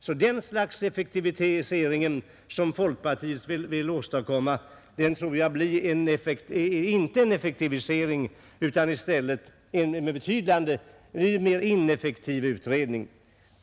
Så det slags effektivisering som folkpartiet vill åstadkomma tror jag innebär att utredningen blir betydligt mindre effektiv.